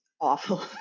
awful